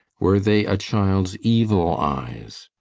were they a child's evil eyes?